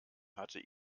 hatte